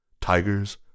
Tigers